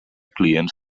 clients